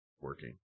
working